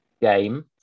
game